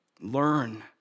Learn